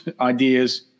ideas